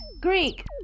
Greek